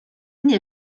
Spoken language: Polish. nie